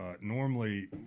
normally